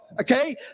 Okay